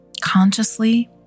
consciously